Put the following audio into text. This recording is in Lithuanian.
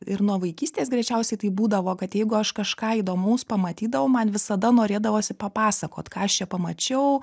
ir nuo vaikystės greičiausiai tai būdavo kad jeigu aš kažką įdomaus pamatydavau man visada norėdavosi papasakot ką aš čia pamačiau